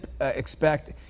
expect